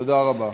תודה רבה.